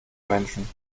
menschen